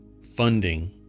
funding